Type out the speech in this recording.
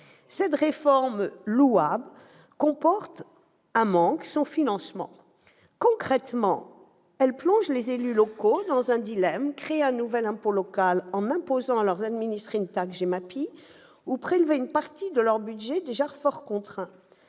cette réforme, louable, comporte un manque : son financement. Concrètement, elle plonge les élus locaux dans un dilemme : créer un nouvel impôt local en imposant à leurs administrés une taxe GEMAPI ou prélever une partie de leur budget déjà fort contraint.